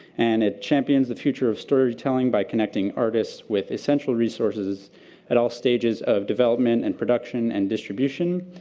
and it champions the future of storytelling by connecting artists with essential resources at all stages of development and production and distribution.